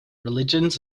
religions